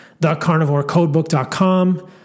thecarnivorecodebook.com